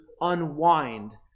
unwind